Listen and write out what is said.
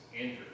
Andrew